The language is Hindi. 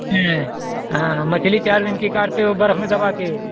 हे हाँ मछली चार दिन की काटते हो बर्फ में दबा कर